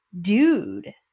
dude